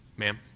ma'am?